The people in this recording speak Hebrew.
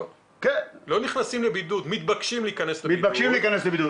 לא, לא נכנסים לבידוד אלא מתבקשים להיכנס לבידוד.